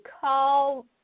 call